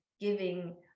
giving